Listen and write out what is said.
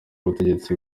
ubutegetsi